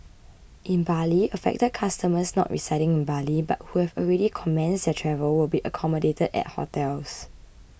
in Bali affected customers not residing in Bali but who have already commenced their travel will be accommodated at hotels